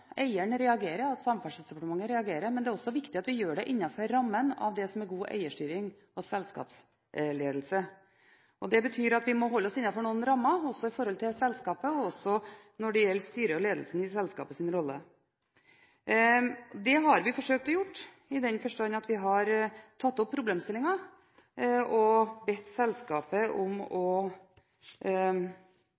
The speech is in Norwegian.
reagerer og at Samferdselsdepartementet reagerer, men det er også viktig at en gjør det innenfor rammen av det som er god eierstyring og selskapsledelse. Det betyr at vi må holde oss innenfor noen rammer i forhold til selskapet, også når det gjelder styrets og ledelsens rolle i selskapet. Det har vi forsøkt å gjøre, i den forstand at vi har tatt opp problemstillingen og bedt selskapet om å